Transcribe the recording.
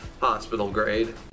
hospital-grade